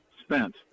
spent